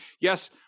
yes